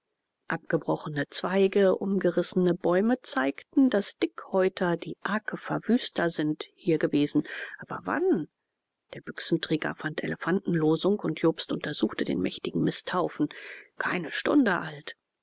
abgebrochene zweige umgerissene bäume zeigten daß dickhäuter die arge verwüster sind hier gewesen aber wann der büchsenträger fand elefantenlosung und jobst untersuchte den mächtigen misthaufen keine stunde alt